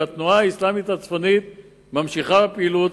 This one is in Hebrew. והתנועה האסלאמית הצפונית ממשיכה בפעילות.